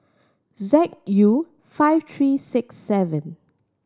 Z U five three six seven